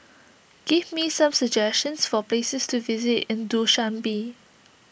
give me some suggestions for places to visit in Dushanbe